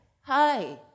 hi